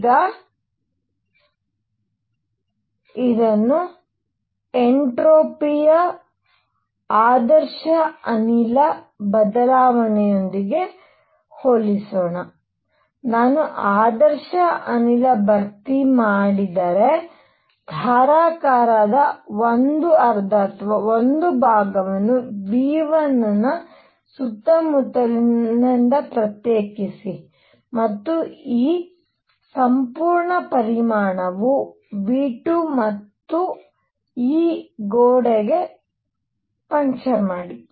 ಈಗ ಇದನ್ನು ಎನ್ಟ್ರೋಪಿ ಯ ಆದರ್ಶ ಅನಿಲ ಬದಲಾವಣೆಯೊಂದಿಗೆ ಹೋಲಿಸೋಣ ನಾನು ಆದರ್ಶ ಅನಿಲ ಭರ್ತಿ ಮಾಡಿದರೆ ಧಾರಕದ 1 ಅರ್ಧ ಅಥವಾ 1 ಭಾಗವನ್ನು v1 ನ ಸುತ್ತಮುತ್ತಲಿನಿಂದ ಪ್ರತ್ಯೇಕಿಸಿ ಮತ್ತು ಈ ಸಂಪೂರ್ಣ ಪರಿಮಾಣವು v2 ಮತ್ತು ಈ ಗೋಡೆಗೆ ಪಂಕ್ಚರ್ ಮಾಡಿ